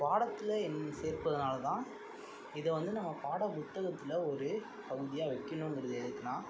பாடத்தில் சேர்ப்பதனாலதான் இதைவந்து நம்ம பாட புத்தகத்தில் ஒரு பகுதியாக வைக்கிணுங்கிறது எதுக்குன்னா